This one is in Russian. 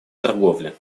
торговли